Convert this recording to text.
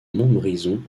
montbrison